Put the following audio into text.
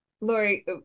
Lori